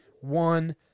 one